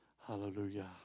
Hallelujah